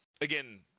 Again